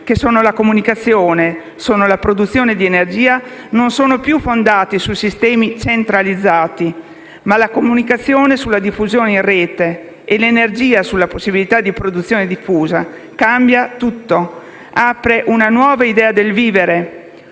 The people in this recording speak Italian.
che sono la comunicazione e la produzione di energia, non sono più fondati su sistemi centralizzati. La comunicazione è fondata ora sulla diffusione in rete e l'energia sulla possibilità di produzione diffusa. Questo cambia tutto e apre una nuova idea del vivere.